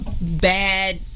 bad